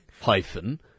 hyphen